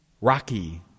Rocky